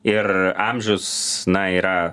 ir amžius na yra